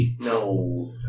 no